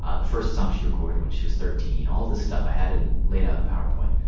ah the first songs she recorded when she was thirteen, all this stuff. i had it and laid out in powerpoint,